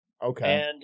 Okay